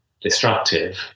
destructive